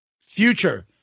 Future